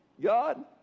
God